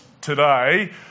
today